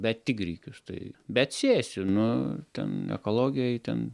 bet tik grikius tai bet sėsiu nu ten ekologijai ten